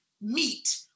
meat